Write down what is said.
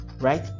right